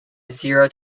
zero